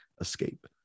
escape